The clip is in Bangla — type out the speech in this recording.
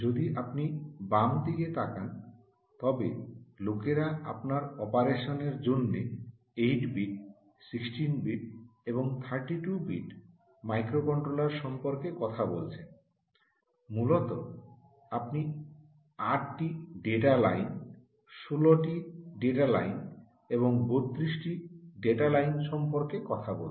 যদি আপনি বাম দিকে তাকান তবে লোকেরা আপনার অপারেশনের জন্য 8 বিট 16 বিট এবং 32 বিট মাইক্রোকন্ট্রোলার সম্পর্কে কথা বলছেন মূলত আপনি 8 টি ডেটা লাইন 16 টি ডেটা লাইন এবং 32 টি ডেটা লাইন সম্পর্কে কথা বলছেন